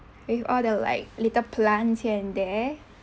with all the like little plants here and there